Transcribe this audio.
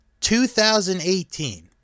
2018